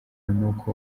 n’uko